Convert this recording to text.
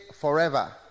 forever